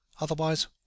Otherwise